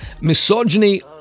misogyny